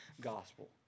gospel